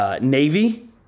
Navy